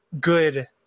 good